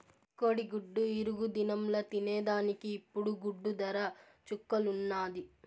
కోడిగుడ్డు ఇగురు దినంల తినేదానికి ఇప్పుడు గుడ్డు దర చుక్కల్లున్నాది